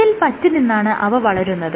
ഇതിൽ പറ്റി നിന്നാണ് അവ വളരുന്നത്